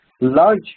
large